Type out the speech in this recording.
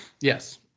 yes